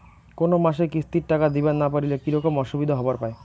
কোনো মাসে কিস্তির টাকা দিবার না পারিলে কি রকম অসুবিধা হবার পায়?